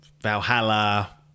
valhalla